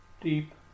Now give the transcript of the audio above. deep